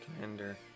commander